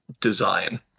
design